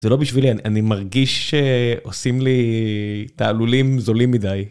זה לא בשבילי אני מרגיש שעושים לי תעלולים זולים מדי.